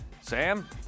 Sam